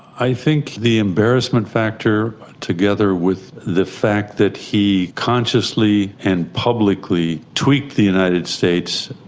i think the embarrassment factor together with the fact that he consciously and publicly tweaked the united states,